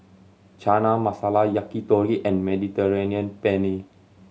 Chana Masala Yakitori and Mediterranean Penne